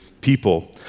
people